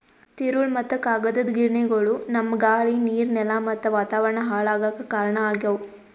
ತಿರುಳ್ ಮತ್ತ್ ಕಾಗದದ್ ಗಿರಣಿಗೊಳು ನಮ್ಮ್ ಗಾಳಿ ನೀರ್ ನೆಲಾ ಮತ್ತ್ ವಾತಾವರಣ್ ಹಾಳ್ ಆಗಾಕ್ ಕಾರಣ್ ಆಗ್ಯವು